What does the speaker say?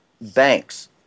banks